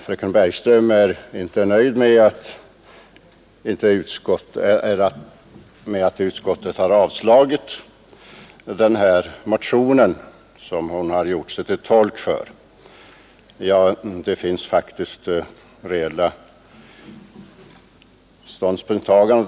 Fröken Bergström är inte nöjd med att utskottet har avstyrkt denna motion, som hon har gjort sig till tolk för. Det finns faktiskt reella skäl